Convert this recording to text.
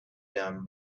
dumb